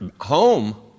Home